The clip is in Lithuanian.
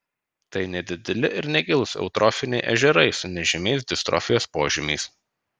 tai nedideli ir negilūs eutrofiniai ežerai su nežymiais distrofijos požymiais